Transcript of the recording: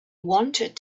wanted